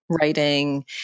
writing